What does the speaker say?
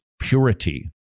purity